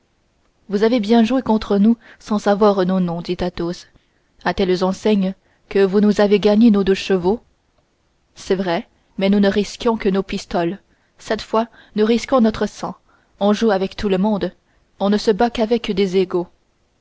vous avez bien joué contre nous sans les connaître dit athos à telles enseignes que vous nous avez gagné nos deux chevaux c'est vrai mais nous ne risquions que nos pistoles cette fois nous risquons notre sang on joue avec tout le monde on ne se bat qu'avec ses égaux